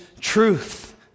truth